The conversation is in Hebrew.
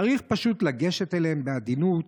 צריך פשוט לגשת אליהם בעדינות,